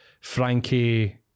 Frankie